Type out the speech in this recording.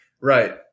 Right